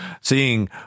seeing